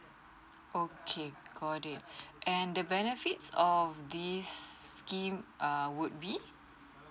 okay got it and the benefits of this scheme err would be